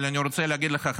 אבל אני רוצה להגיד לך,